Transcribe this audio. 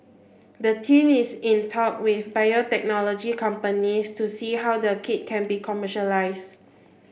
the team is in talk with biotechnology companies to see how the kit can be commercialised